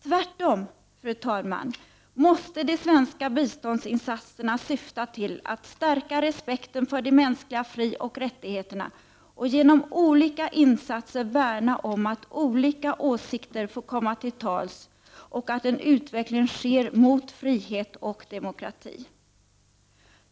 Tvärtom, fru talman, måste de svenska biståndsinsatserna syfta till att stärka respekten för de mänskliga frioch rättigheterna och genom olika insatser värna om att olika åsikter får komma till tals och att en utveckling sker mot frihet och demokrati.